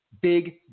big